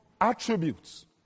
attributes